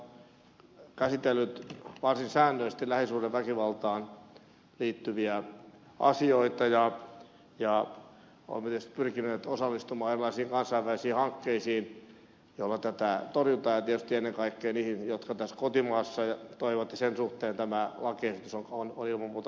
työelämä ja tasa arvovaliokunta on käsitellyt varsin säännöllisesti lähisuhdeväkivaltaan liittyviä asioita ja olemme tietysti pyrkineet osallistumaan erilaisiin kansainvälisiin hankkeisiin joilla tätä torjutaan ja tietysti ennen kaikkea niihin jotka ovat tässä kotimaassa ja sen suhteen tämä lakiesitys on ilman muuta kannatettava